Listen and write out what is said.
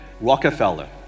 Rockefeller